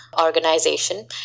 organization